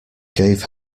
gave